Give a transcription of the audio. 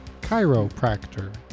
Chiropractor